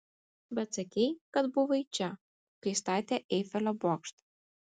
bet sakei kad buvai čia kai statė eifelio bokštą